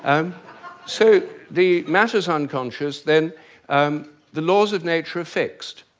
um so the matter's unconscious, then um the laws of nature are fixed.